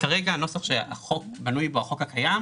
שכתבנו בריט